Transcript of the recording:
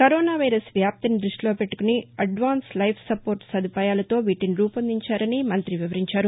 corona virus వ్యాప్తిని దృష్టిలో పెట్టుకుని అడ్వార్ట్ లైఫ్ సపోర్ట్ సదుపాయాలతో వీటిని రూపొందించారని మంాతి వివరించారు